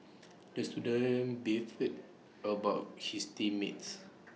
the student beefed about his team mates